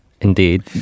Indeed